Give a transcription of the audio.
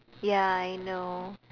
ya I know